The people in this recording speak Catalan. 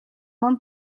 món